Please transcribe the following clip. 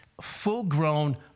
full-grown